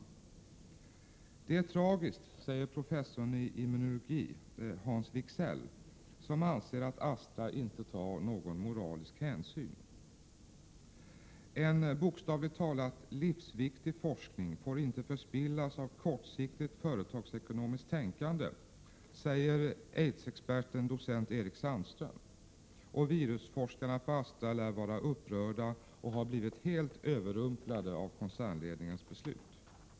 Detta är tragiskt, säger professorn i immunologi, Hans Wigzell. Han anser att Astra inte tar någon moralisk hänsyn. En bokstavligt talat livsviktig forskning får inte förspillas av kortsiktigt företagsekonomiskt tänkande, säger aidsexperten docent Eric Sandström. Virusforskarna på Astra lär vara upprörda och har blivit helt överrumplade av koncernledningens beslut.